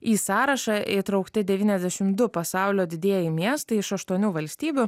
į sąrašą įtraukti devyniasdešim du pasaulio didieji miestai iš aštuonių valstybių